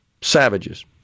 Savages